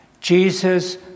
Jesus